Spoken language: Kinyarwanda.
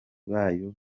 bayo